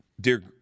Dear